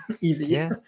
easy